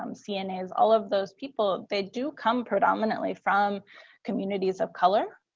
um cnas, all of those people, they do come predominantly from communities of color.